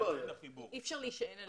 אי אפשר להישען עליהן.